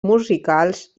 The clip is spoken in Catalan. musicals